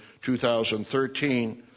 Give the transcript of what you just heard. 2013